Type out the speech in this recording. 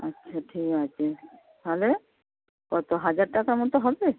আচ্ছা ঠিক আছে তাহলে কত হাজার টাকার মতো হবে